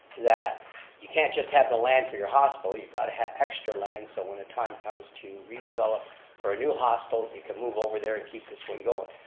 that you can't just have the land for your hospital. you got to have extra land so when the time comes to redevelop for a new hospital, you can move over there and keep this one going.